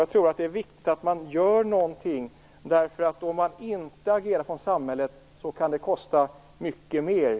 Jag tror att det är viktigt att någonting görs. Om samhället inte agerar kan det senare kosta mycket mera.